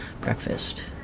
Breakfast